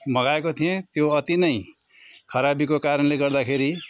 मगाएको थिएँ त्यो अति नै खराबीको कारणले गर्दाखेरि